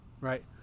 right